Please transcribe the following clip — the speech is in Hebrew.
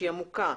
עמוקה.